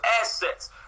assets